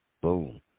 Boom